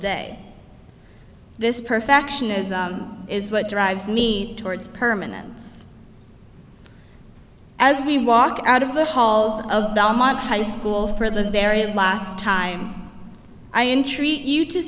day this perfectionism is what drives me towards permanence as we walk out of the halls of don high school for the very last time i entreat you to